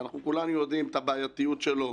כולנו יודעים את הבעייתיות שלו,